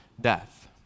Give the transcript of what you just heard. death